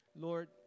Lord